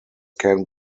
can